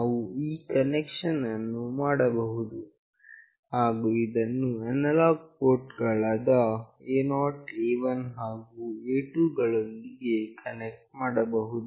ನಾವು ಈ ಕನೆಕ್ಷನ್ ಅನ್ನು ಮಾಡಬಹುದು ಹಾಗು ಇದನ್ನು ಅನಲಾಗ್ ಪೋರ್ಟ್ ಗಳಾದ A0A1 ಹಾಗು A2 ಗಳೊಂದಿಗೆ ಕನೆಕ್ಟ್ ಮಾಡಬಹುದು